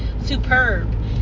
superb